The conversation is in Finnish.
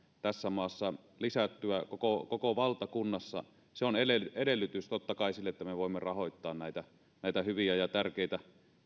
tässä maassa lisättyä koko koko valtakunnassa se on edellytys totta kai sille että me voimme rahoittaa näitä näitä hyviä ja tärkeitä